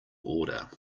order